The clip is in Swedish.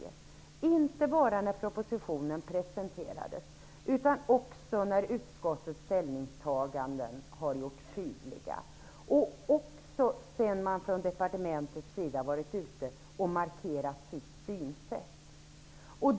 Det har inte bara skett när propositionen presenterades utan också när utskottets ställningstaganden har tydliggjorts. Det gäller också sedan departementet gått ut och markerat sitt synsätt.